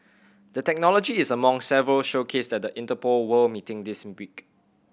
the technology is among several showcased than the Interpol World meeting week